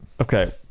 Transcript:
okay